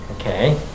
Okay